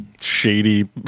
shady